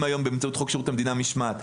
היום באמצעות חוק שירות המדינה משמעת.